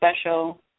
special